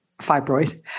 fibroid